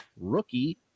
rookie